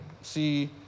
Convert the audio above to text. see